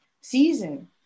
season